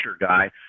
guy